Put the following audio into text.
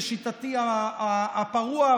לשיטתי הפרוע,